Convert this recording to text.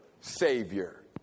savior